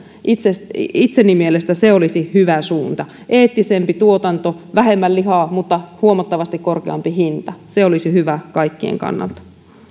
itseni itseni mielestä se olisi hyvä suunta eettisempi tuotanto vähemmän lihaa mutta huomattavasti korkeampi hinta se olisi hyvä kaikkien kannalta